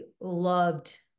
loved